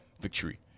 victory